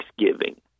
Thanksgiving